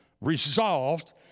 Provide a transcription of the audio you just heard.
resolved